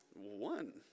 One